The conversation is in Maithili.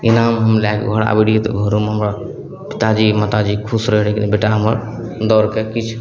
इनाम हम लैके घर आबै रहिए तऽ घरोमे हमरा पिताजी माताजी खुश रहै कि नहि बेटा हमर दौड़के किछु